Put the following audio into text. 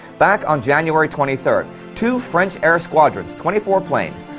back on january twenty third two french air squadrons, twenty four planes,